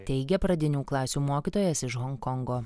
teigia pradinių klasių mokytojas iš honkongo